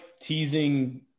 teasing